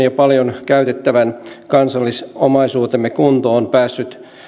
ja paljon käytettävä kansallisomaisuutemme on päässyt